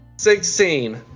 Sixteen